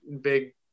big